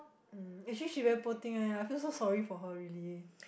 um actually she very poor thing leh I feel so sorry for her really